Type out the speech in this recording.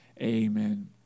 amen